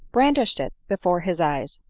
brandished it before his eyes.